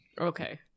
Okay